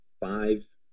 five